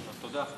תודה.